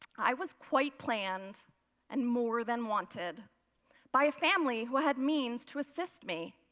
i was quite planned and more than wanted by a family who had means to assist me.